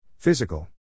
Physical